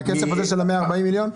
מה-140 מיליון השקלים?